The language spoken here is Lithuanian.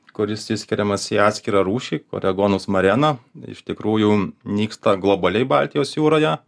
kuris išskiriamas į atskirą rūšį coregonus maraena iš tikrųjų nyksta globaliai baltijos jūroje